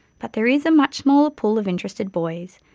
but there is a much smaller pool of interested boys,